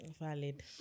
valid